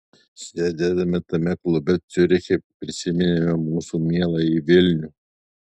sėdėdami tame klube ciuriche prisiminėme mūsų mieląjį vilnių